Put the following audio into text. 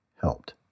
helped